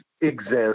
exist